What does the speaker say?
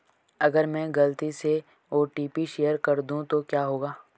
अगर मैं गलती से ओ.टी.पी शेयर कर दूं तो क्या होगा?